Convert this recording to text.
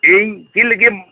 ᱤᱧ ᱪᱮᱫ ᱞᱟᱹᱜᱤᱫ ᱮᱢ